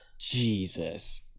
Jesus